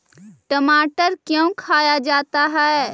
टमाटर क्यों खाया जाता है?